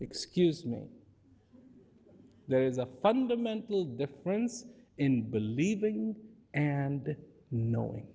excuse me there is a fundamental difference in believing and knowing